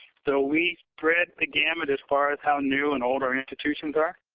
so, we spread the gamut as far as how new and old our institutions are.